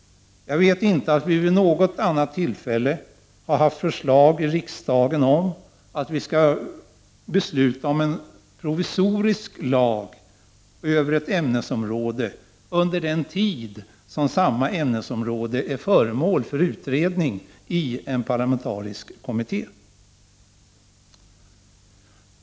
Jag vet inte att vi vid något annat tillfälle har haft förslag i riksdagen om att vi skall besluta om en provisorisk lag över ett ämnesområde under den tid som samma ämnesområde är föremål för utredning av en parlamentarisk kommitté.